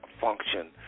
function